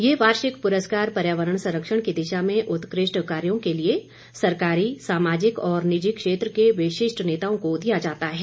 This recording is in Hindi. यह वार्षिक पुरस्कार पर्यावरण संरक्षण की दिशा में उत्कृष्ट कार्यो के लिए सरकारी सामाजिक और निजी क्षेत्र के विशिष्ट नेताओं को दिया जाता है